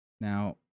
Now